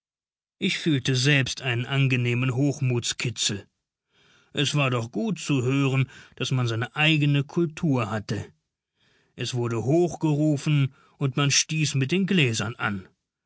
ich fühlte selbst einen angenehmen hochmutskitzel es war doch gut zu hören daß man seine eigene kultur hatte es wurde hoch gerufen und man stieß mit den gläsern an